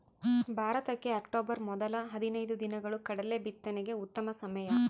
ಭಾರತಕ್ಕೆ ಅಕ್ಟೋಬರ್ ಮೊದಲ ಹದಿನೈದು ದಿನಗಳು ಕಡಲೆ ಬಿತ್ತನೆಗೆ ಉತ್ತಮ ಸಮಯ